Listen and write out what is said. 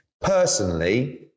Personally